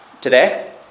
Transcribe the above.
Today